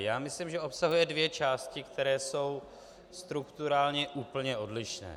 Já myslím, že obsahuje dvě části, které jsou strukturálně úplně odlišné.